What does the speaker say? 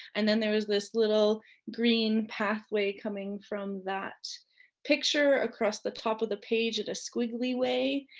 and then there's this little green pathway coming from that picture, across the top of the page in a squiggly way,